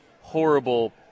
horrible